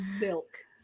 milk